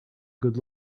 good